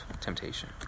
temptation